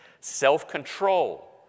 self-control